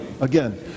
Again